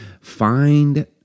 find